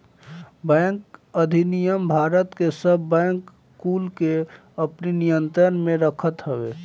bank अधिनियम भारत के सब बैंक कुल के अपनी नियंत्रण में रखत हवे